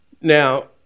Now